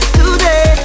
today